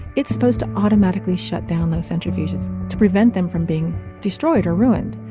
it's supposed to automatically shut down those centrifuges to prevent them from being destroyed or ruined.